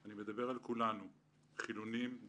אני מדבר על כולנו: חילונים, דתיים,